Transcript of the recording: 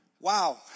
Wow